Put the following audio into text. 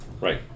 Right